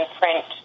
print